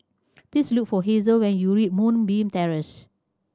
please look for Hazel when you reach Moonbeam Terrace